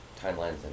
timelines